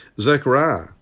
Zechariah